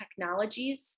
technologies